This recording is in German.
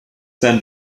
feiern